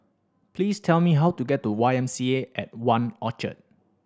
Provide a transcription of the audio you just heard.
please tell me how to get to Y M C A at One Orchard